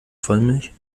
vollmilch